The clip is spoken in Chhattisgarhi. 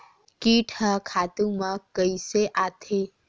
कीट ह खातु म कइसे आथे?